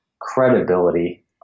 credibility